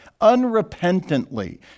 unrepentantly